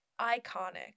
iconic